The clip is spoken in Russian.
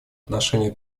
отношении